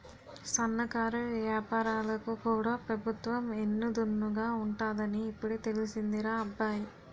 సన్నకారు ఏపారాలకు కూడా పెబుత్వం ఎన్ను దన్నుగా ఉంటాదని ఇప్పుడే తెలిసిందిరా అబ్బాయి